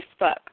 Facebook